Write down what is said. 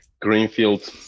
greenfield